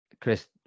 Chris